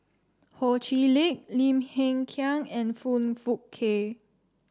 Ho Chee Lick Lim Hng Kiang and Foong Fook Kay